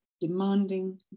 demanding